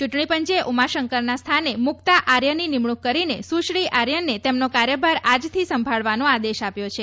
ચ્રંટણીપંચે ઉમાશંકરના સ્થાને મૂકતા આર્યની નિમણૂંક કરીને સુશ્રી આર્યને તેમને કાર્યભાર આજથી સંભાળવાનો આદેશ આપ્યો છે